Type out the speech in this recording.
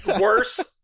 worse